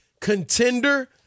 contender